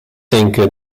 denke